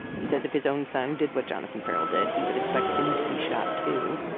he says if his own son did what jonathan ferrell did, he would expect him to be shot too.